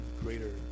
greater